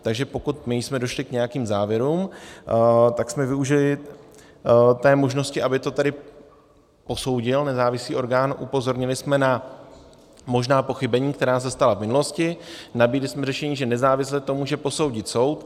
Takže pokud my jsme došli k nějakým závěrům, tak jsme využili té možnosti, aby to tedy posoudil nezávislý orgán, upozornili jsme na možná pochybení, která se stala v minulosti, nabídli jsme řešení, že nezávisle to může posoudit soud.